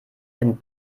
wenn